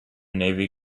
navy